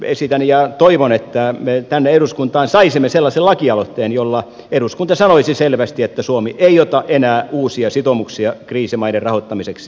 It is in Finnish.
esitän ja toivon että me tänne eduskuntaan saisimme sellaisen lakialoitteen jolla eduskunta sanoisi selvästi että suomi ei ota enää uusia sitoumuksia kriisimaiden rahoittamiseksi